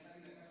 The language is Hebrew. הייתה לי דקה,